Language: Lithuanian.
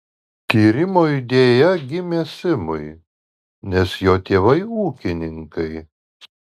tyrimo idėja gimė simui nes jo tėvai ūkininkai